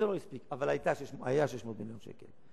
זה לא הספיק, אבל היו 600 מיליון שקלים.